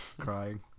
crying